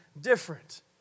different